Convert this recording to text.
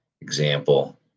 example